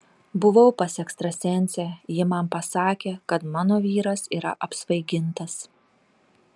buvau pas ekstrasensę ji man pasakė kad mano vyras yra apsvaigintas